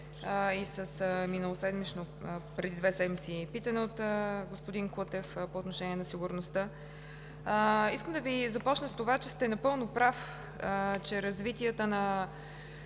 и с питане преди две седмици от господин Кутев по отношение на сигурността. Искам да започна с това, че сте напълно прав, че развитията на